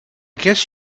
guess